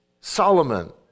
Solomon